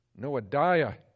Noadiah